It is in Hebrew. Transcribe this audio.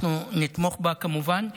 אנחנו נתמוך בה, כמובן.